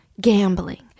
gambling